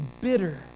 bitter